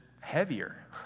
heavier